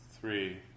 three